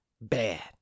bad